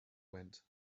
went